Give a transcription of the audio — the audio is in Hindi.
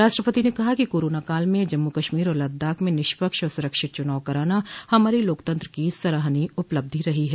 राष्ट्रपति ने कहा कि कोरोना काल में जम्मू कश्मीर और लद्दाख में निष्पक्ष और सुरक्षित चुनाव कराना हमारी लोकतंत्र की सराहनीय उपलब्धि रही है